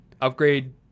Upgrade